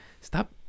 Stop